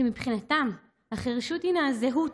שמבחינתם החירשות היא הזהות,